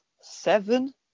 seven